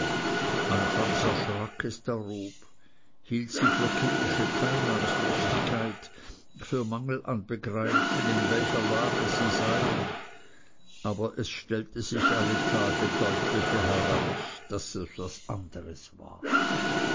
es darob hielt sie für kindische teilnahmlosigkeit für mangel an begreifen in welcher lage sie seien aber es stellte sich alle tage deutlicher heraus daß es was anderes war